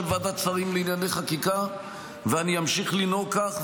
ועדת השרים לענייני חקיקה ואמשיך לנהוג כך.